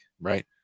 Right